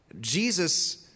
Jesus